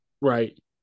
Right